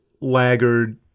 laggard